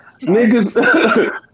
niggas